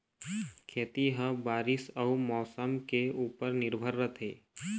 खेती ह बारीस अऊ मौसम के ऊपर निर्भर रथे